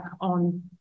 on